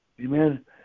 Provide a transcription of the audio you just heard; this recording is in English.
Amen